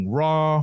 raw